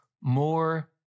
more